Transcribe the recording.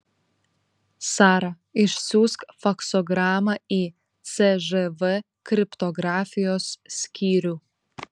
sara išsiųsk faksogramą į cžv kriptografijos skyrių